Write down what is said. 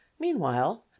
meanwhile